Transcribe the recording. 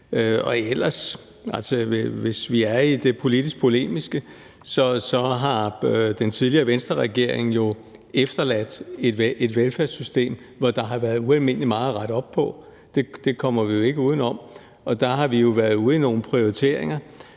har nævnt. Hvis vi er i det politiske polemiske hjørne, har den tidligere Venstreregering jo efterladt et velfærdssystem, hvor der har været ualmindelig meget at rette op på. Det kommer vi jo ikke uden om, og der har vi været ude i nogle prioriteringer,